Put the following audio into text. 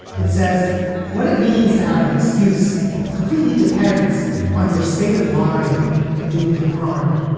it says what it means to have an excuse completely depends on your state of mind in doing the crime